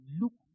look